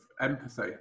empathy